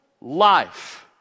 life